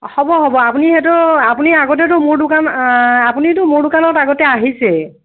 হ'ব হ'ব আপুনি সেইটো আপুনি আগতেতো মোৰ দোকান আপুনিতো মোৰ দোকানত আগতে আহিছে